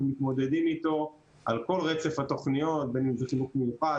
מתמודדים איתו על כל רצף התוכניות בין אם זה חינוך מיוחד,